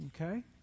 okay